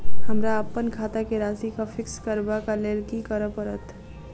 हमरा अप्पन खाता केँ राशि कऽ फिक्स करबाक लेल की करऽ पड़त?